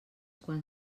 quan